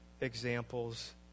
examples